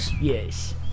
Yes